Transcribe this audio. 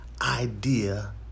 idea